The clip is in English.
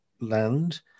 land